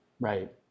right